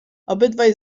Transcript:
obydwaj